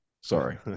Sorry